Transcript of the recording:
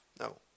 no